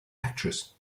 actress